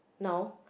now